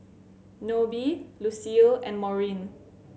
Nobie Lucile and Maureen